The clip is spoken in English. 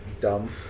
dumb